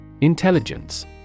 Intelligence